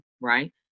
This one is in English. right